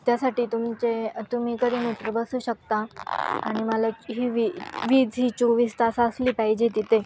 त्यासाठी तुमचे तुम्ही कधी मिटर बसवू शकता आणि मला ही वी वीज ही चोवीस तास असली पाहिजे तिथे